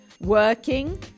working